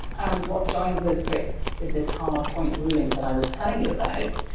and what joins those pricks is this hard point ruling that i was telling you about.